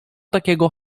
takiego